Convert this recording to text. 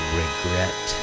regret